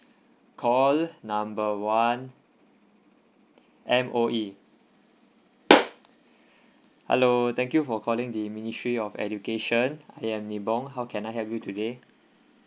call number one M_O_E hello thank you for calling the ministry of education I am nibong how can I help you today